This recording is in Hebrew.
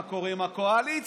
מה קורה עם הקואליציה,